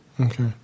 Okay